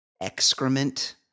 Excrement